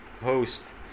host